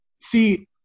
See